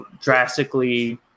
drastically